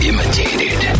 Imitated